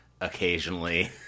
occasionally